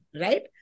right